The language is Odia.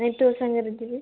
ନାଇଁ ତୋ ସାଙ୍ଗରେ ଯିବି